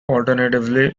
alternatively